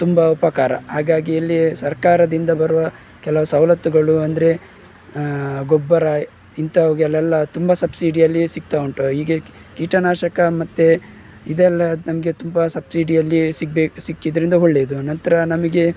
ತುಂಬ ಉಪಕಾರ ಹಾಗಾಗಿ ಇಲ್ಲಿ ಸರ್ಕಾರದಿಂದ ಬರುವ ಕೆಲವು ಸವಲತ್ತುಗಳು ಅಂದರೆ ಗೊಬ್ಬರ ಇಂಥವುಗಳೆಲ್ಲಾ ತುಂಬ ಸಬ್ಸಿಡಿಯಲ್ಲಿ ಸಿಗ್ತಾ ಉಂಟು ಹೀಗೆ ಕೀಟನಾಶಕ ಮತ್ತೆ ಇದೆಲ್ಲ ನಮಗೆ ತುಂಬ ಸಬ್ಸಿಡಿಯಲ್ಲಿಯೇ ಸಿಗ್ಬೇ ಸಿಕ್ಕಿದ್ದರಿಂದ ಒಳ್ಳೆದು ನಂತರ ನಮಗೆ